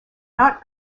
not